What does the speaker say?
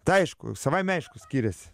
tai aišku savaime aišku skiriasi